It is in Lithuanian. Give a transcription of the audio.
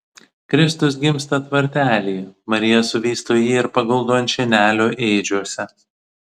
kristus gimsta tvartelyje marija suvysto jį ir paguldo ant šienelio ėdžiose